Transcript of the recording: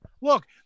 Look